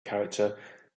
character